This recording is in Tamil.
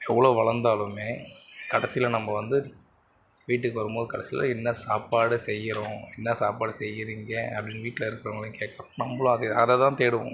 எவ்வளோ வளர்ந்தாலுமே கடைசியில் நம்ம வந்து வீட்டுக்கு வரும்போது கடைசியில் என்ன சாப்பாடு செய்கிறோம் என்ன சாப்பாடு செய்கிறீங்க அப்படின்னு வீட்டில் இருக்குறவங்களை கேட்குறோம் நம்மளும் அதை அதை தான் தேடுவோம்